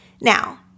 Now